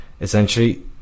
essentially